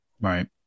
Right